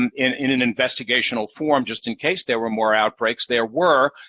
and in in an investigational form, just in case there were more outbreaks. there were,